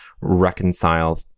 reconcile